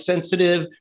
sensitive